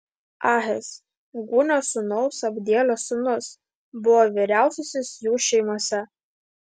ahis gūnio sūnaus abdielio sūnus buvo vyriausiasis jų šeimose